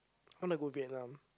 I want to go Vietnam